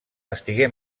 estigué